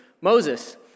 Moses